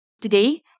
Today